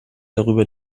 darüber